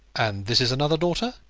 and this is another daughter?